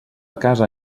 casa